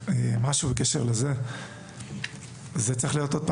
זה צריך להיעשות בשיתוף פעולה,